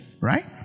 right